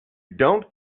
don’t